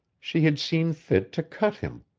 she had seen fit to cut him.